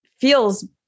feels